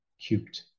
cubed